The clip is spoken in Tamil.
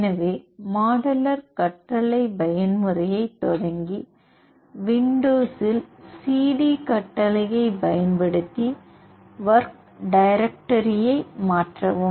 எனவே மாடலர் கட்டளை பயன்முறையைத் தொடங்கி விண்டோஸ்ல் சிடி கட்டளையைப் பயன்படுத்தி ஒர்க் டைரக்டரியை மாற்றவும்